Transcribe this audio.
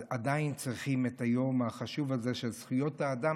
עדיין צריכים את היום החשוב הזה של זכויות האדם